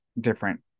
different